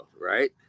right